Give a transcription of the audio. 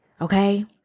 Okay